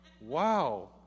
wow